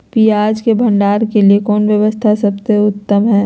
पियाज़ के भंडारण के लिए कौन व्यवस्था सबसे उत्तम है?